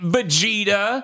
Vegeta